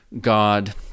god